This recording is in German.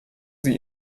sie